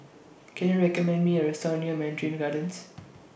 Can YOU recommend Me A Restaurant near Mandarin Gardens